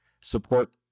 support